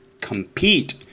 compete